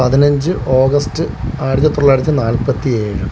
പതിനഞ്ച് ഓഗസ്റ്റ് ആയിരത്തി തൊള്ളായിരത്തി നാൽപത്തി ഏഴ്